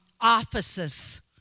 offices